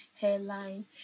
hairline